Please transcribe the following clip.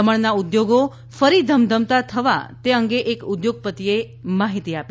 દમણનાં ઉધોગો ફરી ધમધમતાં થવા તે અંગે એક ઉધોગપતિએ માહિતી આપી